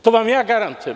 To vam ja garantujem.